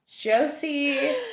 Josie